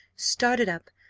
started up,